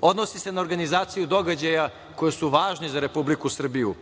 odnosi se na organizaciju događaja koji su važni za Republiku Srbiju,